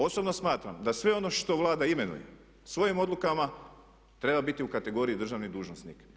Osobno smatram da sve ono što Vlada imenuje svojim odlukama treba biti u kategoriji državni dužnosnik.